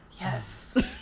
Yes